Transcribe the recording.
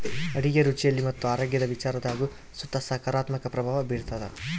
ಅಡುಗೆ ರುಚಿಯಲ್ಲಿ ಮತ್ತು ಆರೋಗ್ಯದ ವಿಚಾರದಾಗು ಸುತ ಸಕಾರಾತ್ಮಕ ಪ್ರಭಾವ ಬೀರ್ತಾದ